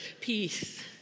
peace